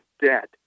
debt